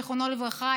זיכרונו לברכה,